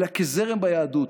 אלא כזרם ביהדות.